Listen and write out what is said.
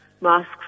masks